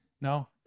no